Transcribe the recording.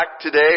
today